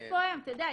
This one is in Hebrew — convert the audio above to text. אתה יודע,